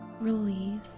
Release